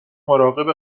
مراقب